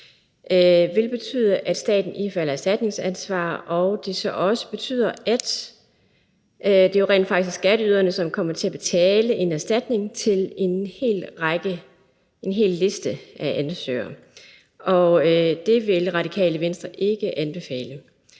vil betyde, at staten ifalder erstatningsansvar, og at det så også betyder, at det jo rent faktisk er skatteyderne, som kommer til at betale en erstatning til en hel liste af ansøgere. Og det vil Radikale Venstre ikke anbefale.